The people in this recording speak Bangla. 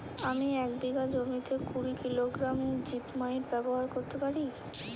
আমি এক বিঘা জমিতে কুড়ি কিলোগ্রাম জিপমাইট ব্যবহার করতে পারি?